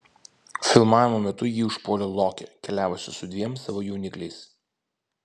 filmavimo metu jį užpuolė lokė keliavusi su dviem savo jaunikliais